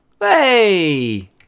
hey